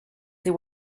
they